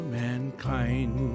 mankind